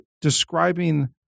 describing